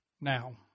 now